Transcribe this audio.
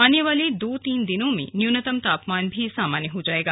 आने वाले दो तीन दिनों में न्यूनतम तापमान भी सामान्य हो जायेगा